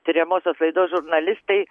tiriamosios laidos žurnalistai